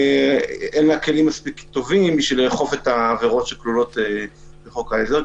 שאין לה כלים מספיק טובים בשביל לאכוף את העברות שכלולות בחוק העזר,